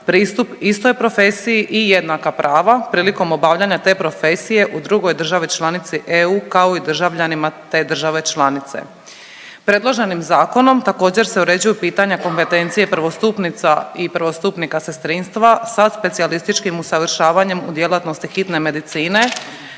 pristup istoj profesiji i jednaka prava prilikom obavljanja te profesije u drugoj državi članici EU kao i državljanima te države članice. Predloženim zakonom također se uređuju pitanja kompetencije prvostupnica i prvostupnika sestrinstva sa specijalističkim usavršavanjem u djelatnosti hitne medicine